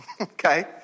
Okay